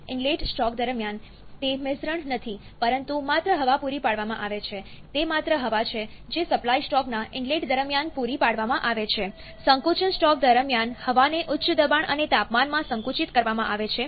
inlet stroke દરમિયાન તે મિશ્રણ નથી પરંતુ માત્ર હવા પુરી પાડવામાં આવે છે તે માત્ર હવા છે જે સપ્લાય સ્ટ્રોકના ઇનલેટ દરમિયાન પૂરી પાડવામાં આવે છે સંકોચન સ્ટ્રોક દરમિયાન હવાને ઉચ્ચ દબાણ અને તાપમાનમાં સંકુચિત કરવામાં આવે છે